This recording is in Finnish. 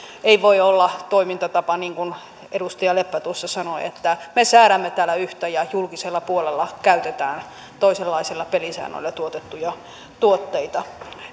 ei voi olla toimintatapana niin kuin edustaja leppä tuossa sanoi että me säädämme täällä yhtä ja julkisella puolella käytetään toisenlaisilla pelisäännöillä tuotettuja tuotteita